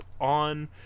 on